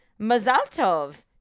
Mazaltov